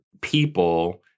people